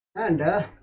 and